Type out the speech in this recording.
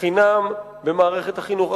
חינם במערכת החינוך?